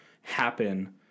happen